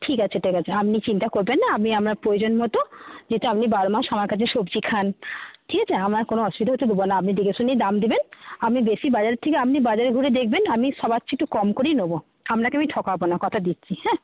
ঠিক আছে ঠিক আছে আপনি চিন্তা করবেন না আমি আপনার প্রয়োজন মতো যেহেতু আপনি বারো মাস আমার কাছে সবজি খান ঠিক আছে কোনো অসুবিধা হতে দেবো না আপনি দেখেশুনেই দাম দেবেন আপনি বেশি বাজারের থেকে আপনি বাজারে ঘুরে দেখবেন আমি সবার চেয়ে একটু কম করেই নেব আপনাকে আমি ঠকাব না কথা দিচ্ছি হ্যাঁ